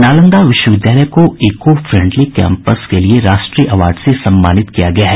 नालंदा विश्वविद्यालय को eco friendly campus के लिये राष्ट्रीय अवार्ड से सम्मानित किया गया है